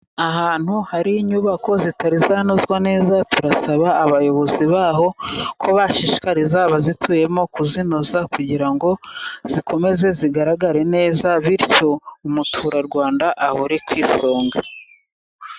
Ahantu hari inyubako zitari zanozwa neza, turasaba abayobozi baho, ko bashishikariza abazituyemo kuzinoza, kugira ngo zikomeze zigaragare neza, bityo umuturarwanda ahore ku isonga.